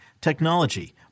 technology